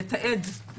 לתעד,